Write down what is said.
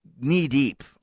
knee-deep